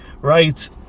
right